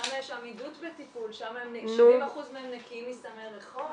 שם יש עמידות בטיפול, שם 70% מהם נקיים מסמי רחוב.